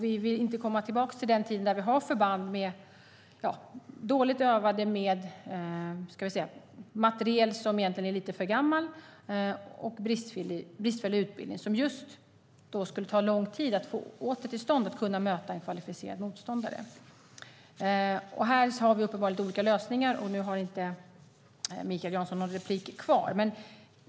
Vi vill inte komma tillbaka till den tiden med dåligt övade förband med för gammal materiel och bristfällig utbildning. Det skulle ta lång tid att få dem åter i stånd att möta en kvalificerad motståndare. Här har vi uppenbarligen olika lösningar, och nu har inte Mikael Jansson några ytterligare anföranden.